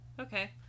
Okay